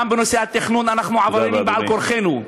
גם בנושא התכנון אנחנו עבריינים בעל כורחנו.